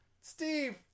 Steve